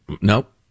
Nope